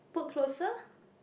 put closer